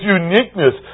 uniqueness